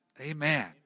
Amen